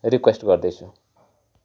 request गर्दैछु